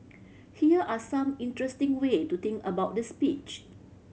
here are some interesting way to think about the speech